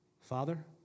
Father